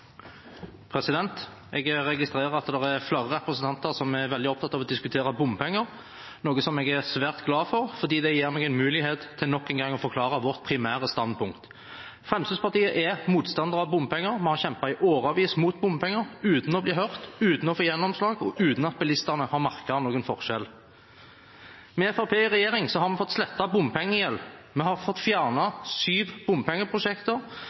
Jeg registrerer at det er flere representanter som er veldig opptatt av å diskutere bompenger, noe jeg er svært glad for, fordi det gir meg en mulighet til nok en gang å forklare vårt primære standpunkt. Fremskrittspartiet er motstander av bompenger. Vi har kjempet i årevis mot bompenger uten å bli hørt, uten å få gjennomslag og uten at bilistene har merket noen forskjell. Med Fremskrittspartiet i regjering har vi fått slettet bompengegjeld. Vi har fått fjernet syv bompengeprosjekter.